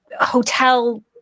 hotel